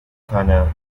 corner